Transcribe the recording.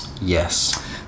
Yes